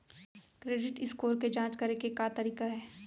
Credit score के जाँच करे के का तरीका हे?